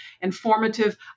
informative